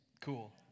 Cool